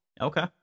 Okay